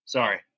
Sorry